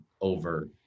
over